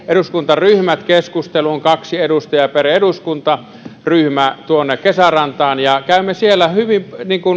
eduskuntaryhmät keskusteluun kaksi edustajaa per eduskuntaryhmä tuonne kesärantaan ja käymme siellä hyvin